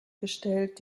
gestellt